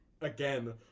Again